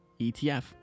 ETF